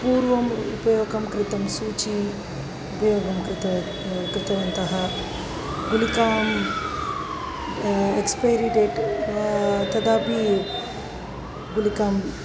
पूर्वम् उपयोगं कृतं सूच्याम् उपयोगं कृतं कृतवन्तः गुलिकाम् एक्स्पैरि डेट् तदापि गुलिकाम्